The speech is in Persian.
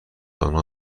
آنها